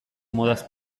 modaz